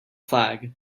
flag